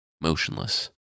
motionless